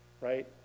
right